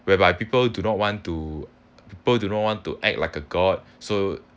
whereby people do not want to people do not want to act like a god so